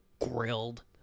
grilled